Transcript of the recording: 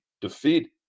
defeat